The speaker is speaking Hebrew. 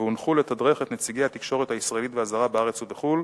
והונחו לתדרך את נציגי התקשורת הישראלית והזרה בארץ ובחו"ל